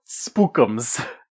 spookums